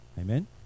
Amen